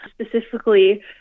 Specifically